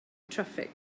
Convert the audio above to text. traffig